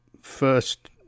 first